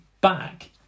back